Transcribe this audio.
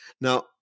Now